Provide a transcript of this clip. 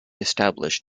established